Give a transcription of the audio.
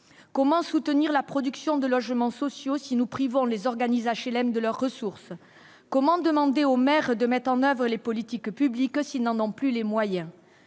comment soutenir la production de logements sociaux si nous privant les organise HLM de leurs ressources, comment demander aux maires de mettre en oeuvre les politiques publiques, s'ils n'en ont plus les moyens,